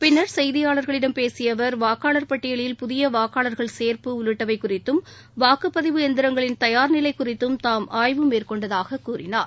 பின்னர் செய்தியாளரிடம் பேசிய அவர் வாக்காளர் பட்டியலில் புதிய வாக்காளர்கள் சேர்ப்பு உள்ளிட்டவை குறித்தும் வாக்குப்பதிவு எந்திரங்களின் தயார்நிலை குறித்தும் தாம் ஆய்வு மேற்கொண்டதாக கூறினார்